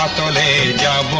um da da